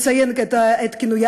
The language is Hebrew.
מציין את כינויה,